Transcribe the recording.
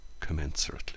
commensurately